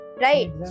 right